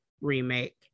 remake